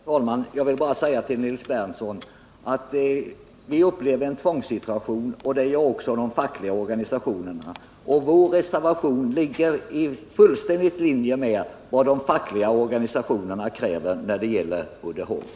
Herr talman! Till Nils Berndtson vill jag bara säga att vi upplever en tvångssituation, och det gör också de fackliga organisationerna. Vår reservation ligger helt i linje med vad de fackliga organisationerna kräver när det gäller Uddeholm.